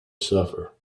suffer